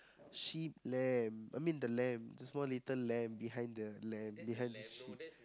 sheep lamb I mean the lamb it's a small little lamb behind the lamb behind the sheep